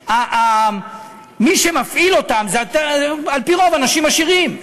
שמי שמפעילים אותם הם על-פי רוב אנשים עשירים,